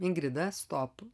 ingrida stop